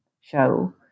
show